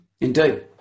Indeed